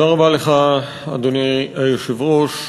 אדוני היושב-ראש,